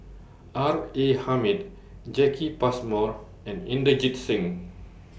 R A Hamid Jacki Passmore and Inderjit Singh